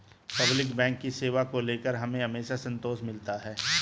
public bank की सेवा को लेकर हमें हमेशा संतोष मिलता है